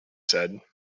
said